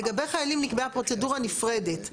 לגבי חיילים נקבעה פרוצדורה נפרדת.